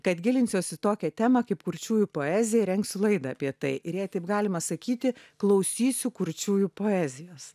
kad gilinsiuos į tokią temą kaip kurčiųjų poezija ir rengsiu laidą apie tai ir jei taip galima sakyti klausysiu kurčiųjų poezijos